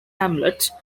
hamlets